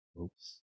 Oops